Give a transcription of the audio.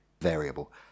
variable